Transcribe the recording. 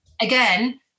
again